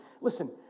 Listen